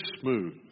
smooth